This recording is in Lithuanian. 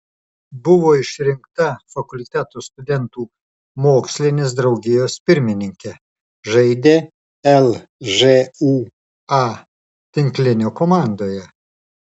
buvo išrinkta fakulteto studentų mokslinės draugijos pirmininke žaidė lžūa tinklinio komandoje